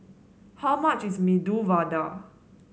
how much is Medu Vada